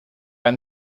ein